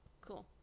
Cool